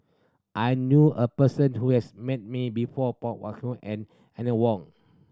I knew a person who has met Hong and Eleanor Wong